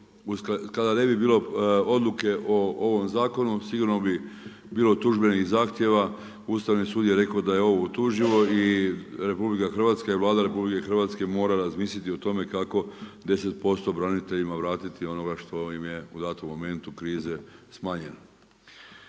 kada ne bi bilo odluke o ovom zakonu sigurno bi bilo tužbenih zahtjeva. Ustavni sud je rekao da je ovo utuživo i RH i Vlada RH mora razmisliti o tome kako 10% braniteljima vratiti onoga što im je u datom momentu krize smanjeno.